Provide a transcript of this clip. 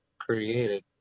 created